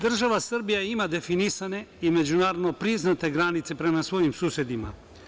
Država Srbija ima definisane i međunarodno priznate granice prema svojim susedima.